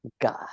God